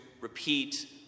repeat